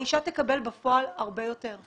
האישה תקבל בפועל הרבה יותר.